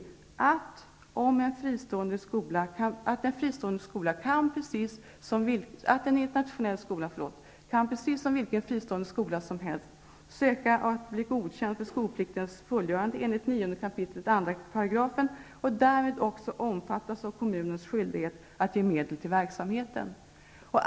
Vad vi säger i betänkandet är att en internationell skola, precis som vilken fristående skola som helst, kan ansöka om att bli godkänd för skolpliktens fullgörande enligt 9 kap. 2 § och därmed också omfattas av kommunens skyldighet att ge medel till verksamheten.